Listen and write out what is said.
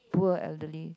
poor elderly